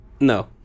No